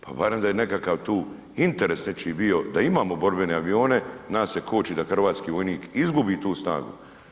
Pa barem da je nekakav tu interes nečiji bio da imamo borbene avione, nas se koči da hrvatski vojnik izgubi tu snagu.